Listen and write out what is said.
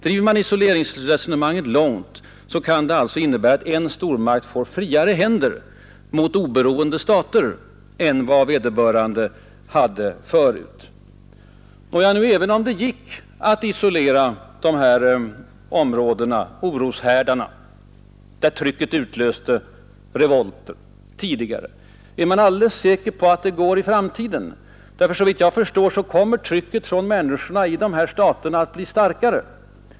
Hårdrar man isoleringsresonemanget kan det alltså innebära att en stormakt får friare händer mot små oberoende stater än vad vederbörande hade förut. Och även om det har gått att isolera oroshärdar som uppkommit därför att ett inre tryck utlöst revolter, är man alldeles säker på att detta går också i framtiden? Såvitt jag förstår, kommer trycket från människorna i de berörda staterna att bli starkare.